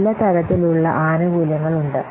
പല തരത്തിലുള്ള ആനുകൂല്യങ്ങൾ ഉണ്ട്